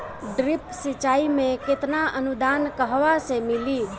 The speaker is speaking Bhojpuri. ड्रिप सिंचाई मे केतना अनुदान कहवा से मिली?